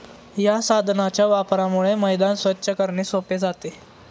या साधनाच्या वापरामुळे मैदान स्वच्छ करणे सोपे जाते